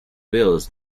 wales